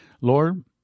Lord